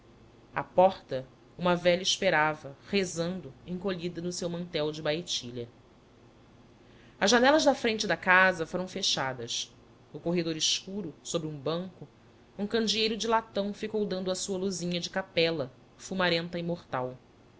a porta uma velha esperava rezando encolhida no seu mantéu de baetilha as janelas da frente da casa foram fechadas no corredor escuro sobre um banco um candeeiro de latão ficou dando a sua luzinha de capela fumarenta e mortal